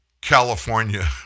California